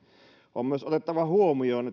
on myös otettava huomioon